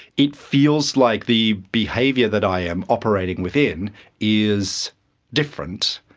it feels like the behaviour that i am operating within is different,